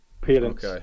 parents